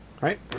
right